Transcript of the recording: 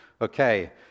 Okay